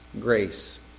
Grace